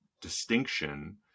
distinction